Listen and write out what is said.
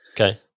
Okay